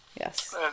yes